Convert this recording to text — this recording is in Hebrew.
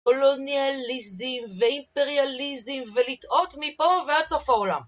קולוניאליזם ואימפריאליזם ולטעות מפה ועד סוף העולם